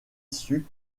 issus